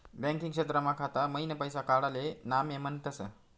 banking क्षेत्रमा खाता मईन पैसा काडाले नामे म्हनतस